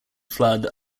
flood